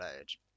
age